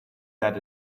that